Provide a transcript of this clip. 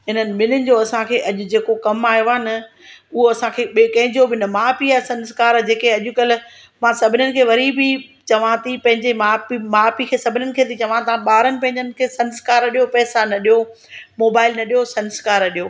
हिननि ॿिनिनि जो असांखे अॼ जेको कम आयो न उहो असांखे ॿिए कंहिंजो बि न माउ पीउ या संस्कार जेके अॼकल्ह मां सभिनीनि खे वरी बि चवां थी पंहिंजे माउ पीउ माउ पीउ खे सभिनीनि खे ति चवां तव्हां ॿार पंहिंजनि खे संस्कार ॾेयो पैसा न ॾेयो मोबाइल न ॾेयो संस्कार ॾेयो